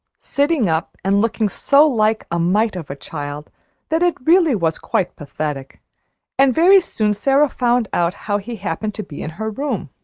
sitting up and looking so like a mite of a child that it really was quite pathetic and very soon sara found out how he happened to be in her room.